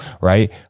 right